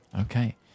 Okay